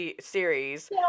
series